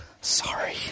Sorry